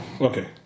Okay